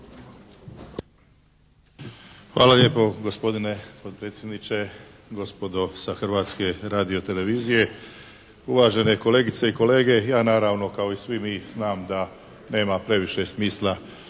Hvala lijepo gospodine potpredsjedniče, gospodo sa Hrvatske radiotelevizije, uvažene kolegice i kolege. Ja naravno kao i svi mi znam da nema previše smisla